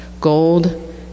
Gold